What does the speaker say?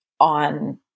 on